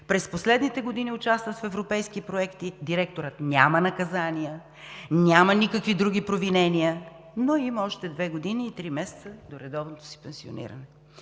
През последните години участва в европейски проекти. Директорът няма наказания, няма никакви други провинения, но има още две години и три месеца до редовното си пенсиониране.